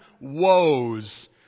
woes